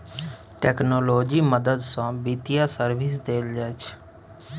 technology मदद सँ बित्तीय सर्विस देल जाइ छै